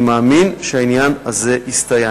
אני מאמין שהעניין הזה יסתייע.